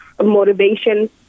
motivation